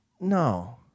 No